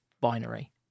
binary